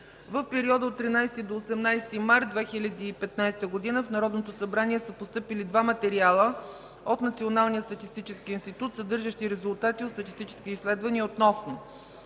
В периода от 13 до 18 март 2015 г. в Народното събрание са постъпили два материала от Националния статистически институт, съдържащи резултати от статистически изследвания относно